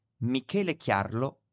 Michele-Chiarlo